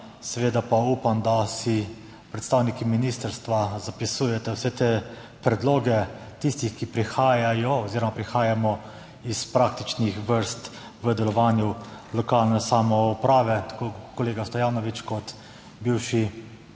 Seveda pa upam, da si predstavniki ministrstva zapisujete vse te predloge tistih, ki prihajajo oziroma prihajamo iz praktičnih vrst v delovanju lokalne samouprave. Tako kolega Stojanovič kot bivši